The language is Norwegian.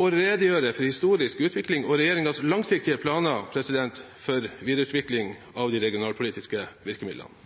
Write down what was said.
og redegjøre for historisk utvikling og regjeringens langsiktige planer for videreutvikling av de regionalpolitiske virkemidlene.